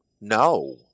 no